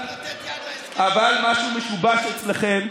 משהו משובש אצלכם,